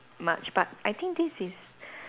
much but I think this is